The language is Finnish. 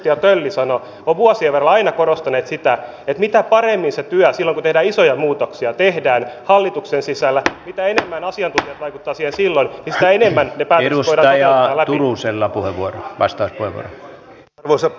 ja se että maatilat olivat vastanneet niin myönteisesti tähän asiaan kertoo sen että meillä on oikeasti tarve toimijoista ja tekijöistä ja yhteinen huoli siitä että meidän yhteiskunnassa pitää päästä tässäkin asiassa eteenpäin